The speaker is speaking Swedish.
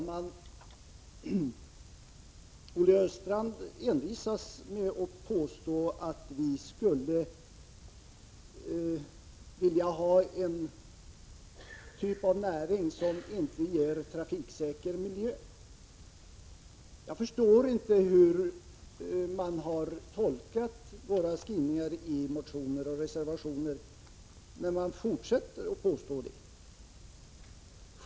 Herr talman! Olle Östrand envisas med att påstå att vi skulle vilja ha en typ av näring som inte ger trafiksäker miljö. Jag förstår inte hur man tolkar våra skrivningar i motioner och reservationer när man påstår detta.